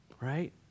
Right